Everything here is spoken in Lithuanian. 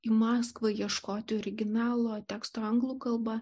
į maskvą ieškoti originalo teksto anglų kalba